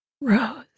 Rose